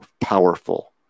powerful